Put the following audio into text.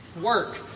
Work